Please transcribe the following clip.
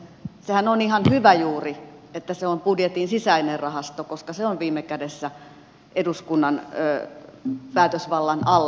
sehän on ihan hyvä juuri että se on budjetin sisäinen rahasto koska se on viime kädessä eduskunnan päätösvallan alla